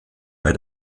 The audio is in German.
bei